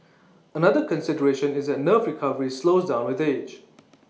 another consideration is that nerve recovery slows down with age